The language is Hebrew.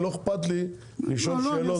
אבל לא אכפת לי לשאול שאלות --- לא,